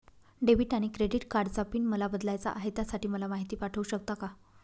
Debit आणि credit कार्डचा PIN मला बदलायचा आहे, त्यासाठी मला माहिती पाठवू शकाल का?